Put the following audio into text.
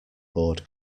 board